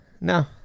no